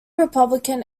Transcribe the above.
republican